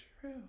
true